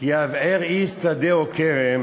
"כי יַבְעֶר איש שדה או כרם